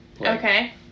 Okay